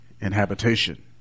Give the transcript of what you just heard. inhabitation